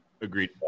Agreed